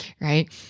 right